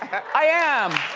i am.